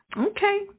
Okay